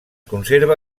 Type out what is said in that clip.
conserva